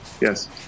yes